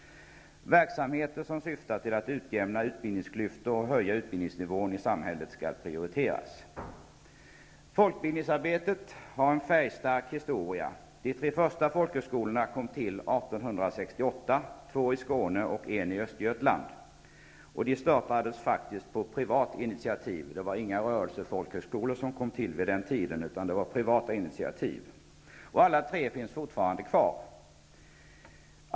Verksamheter som syftar till att utjämna utbildningsklyftor och höja utbildningsnivån i samhället skall prioriteras. Folkbildningsarbetet har en färgstark historia. De tre första folkhögskolorna kom till 1868; två i Skåne och en i Östergötland. De startades på privat initiativ -- det var alltså inga folkrörelsehögskolor som kom till på den tiden. Alla tre finns fortfarande kvar.